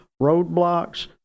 roadblocks